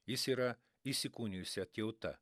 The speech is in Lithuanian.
jis yra įsikūnijusi atjauta